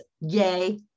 Yay